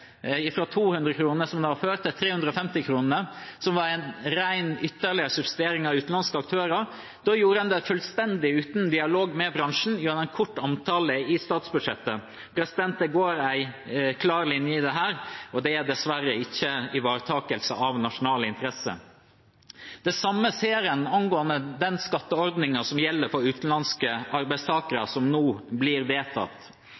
200 kr, som det var før, til 350 kr, som var en ytterligere, ren subsidiering av utenlandske aktører, da gjør en det fullstendig uten å ha dialog med bransjen, gjennom en kort omtale i statsbudsjettet. Det går en klar linje i dette, og det er dessverre ikke ivaretakelse av nasjonale interesser. Det samme ser en når det gjelder skatteordningen som gjelder for utenlandske arbeidstakere, som i dag blir vedtatt.